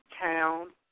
town